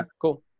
cool